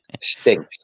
stinks